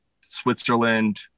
Switzerland